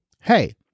hey